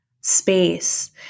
space